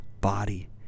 body